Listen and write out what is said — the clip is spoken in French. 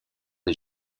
des